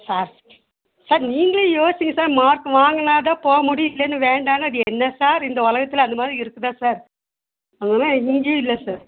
sir sir நீங்களே யோசிங்க sir mark வாங்கினாதான் போக முடியும் இல்லைன்னு வேண்டான அது என்ன சார் இந்த உலகத்தில் அந்த மாதிரி இருக்குதா சார் அங்கேலாம் எங்கேயும் இல்லை சார்